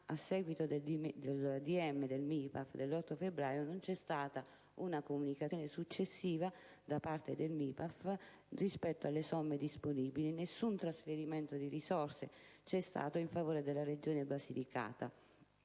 a seguito di tale decreto, non c’e stata una comunicazione successiva da parte del MIPAF rispetto alle somme disponibili: nessun trasferimento di risorse c’estato in favore della Regione Basilicata.